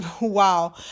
wow